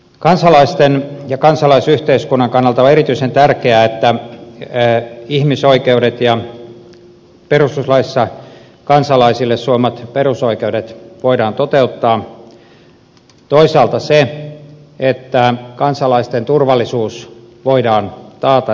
kansalaisten ja kansalaisyhteiskunnan kannalta on erityisen tärkeää että ihmisoikeudet ja perustuslaissa kansalaisille suodut perusoikeudet voidaan toteuttaa toisaalta se että kansalaisten turvallisuus voidaan taata ja ylläpitää